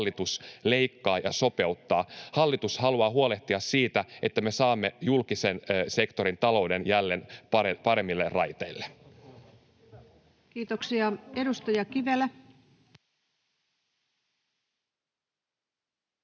hallitus leikkaa ja sopeuttaa. Hallitus haluaa huolehtia siitä, että me saamme julkisen sektorin talouden jälleen paremmille raiteille. [Speech 227] Speaker: